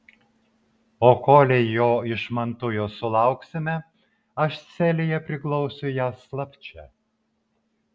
o kolei jo iš mantujos sulauksime aš celėje priglausiu ją slapčia